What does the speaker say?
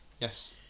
Yes